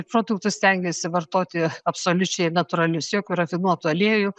produktus stengiasi vartoti absoliučiai natūralius jokių rafinuotų aliejų